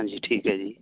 ਹਾਂਜੀ ਠੀਕ ਹੈ ਜੀ